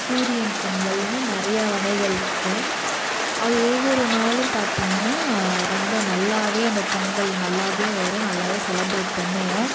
சூரியன் பொங்கல்னு நிறைய வகைகள்ருக்கு அது ஒவ்வொரு நாளும் பார்த்திங்னா ரொம்ப நல்லாவே அந்த பொங்கல் நல்லாவே வரும் நல்லாவே செலப்ரேட் பண்ணுவோம்